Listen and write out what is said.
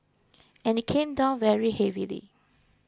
and it came down very heavily